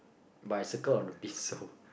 but I cycle on the beast so